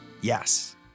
Yes